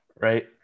Right